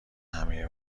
همهی